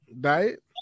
diet